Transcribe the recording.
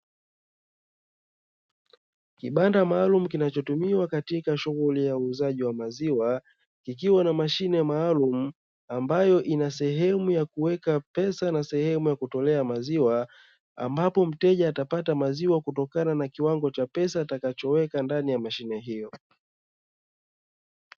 Kibanda maalum kinachotumiwa katika shughuli ya uuzaji wa maziwa, kikiwa na mashine maalumu, ambayo ina sehemu ya kuweka pesa na sehemu ya kutolea maziwa, ambapo mteja atapata maziwa kutokana na kiwango cha pesa atakachoweka ndani ya mashine hiyo.